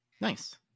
Nice